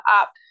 up